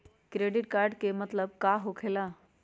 Credit card के मतलब का होकेला?